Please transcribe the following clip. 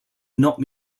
knocked